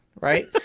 Right